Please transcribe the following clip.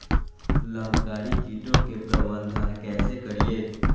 लाभकारी कीटों के प्रबंधन कैसे करीये?